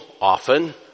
often